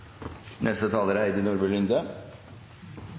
Neste taler er